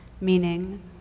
meaning